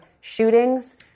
shootings